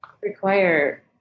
require